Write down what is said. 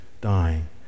dying